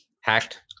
hacked